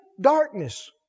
darkness